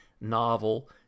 novel